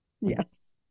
yes